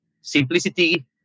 simplicity